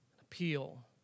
appeal